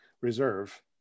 reserve